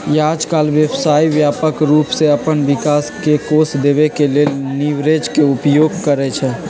याजकाल व्यवसाय व्यापक रूप से अप्पन विकास के कोष देबे के लेल लिवरेज के उपयोग करइ छइ